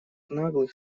наглых